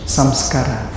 Samskara